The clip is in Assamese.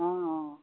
অঁ অঁ